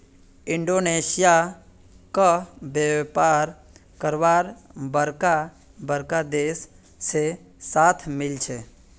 Indonesia क व्यापार करवार बरका बरका देश से साथ मिल छे